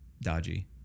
dodgy